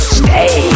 stay